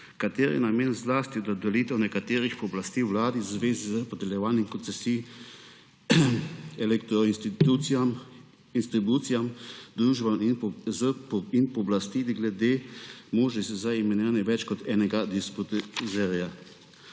katerih namen je zlasti dodelitev nekaterih pooblastil vladi v zvezi s podeljevanjem koncesij elektroinstitucijam, distribucijam, družbam in pooblastili glede možnosti za imenovanje več kot enega distributerja.